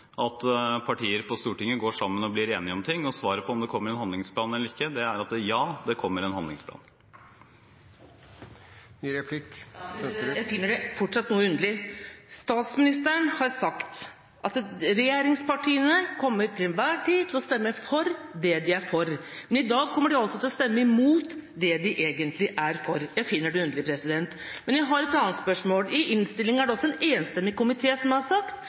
at partier på Stortinget går sammen og blir enige om ting. Og svaret på om det kommer en handlingsplan eller ikke, er: Ja, det kommer en handlingsplan. Jeg finner det fortsatt noe underlig. Statsministeren har sagt at regjeringspartiene til enhver tid kommer til å stemme for det de er for. Men i dag kommer de altså til å stemme mot det de egentlig er for. Jeg finner det underlig. Men jeg har et annet spørsmål. I innstillingen er det også en enstemmig komité som har